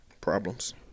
Problems